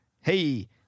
Hey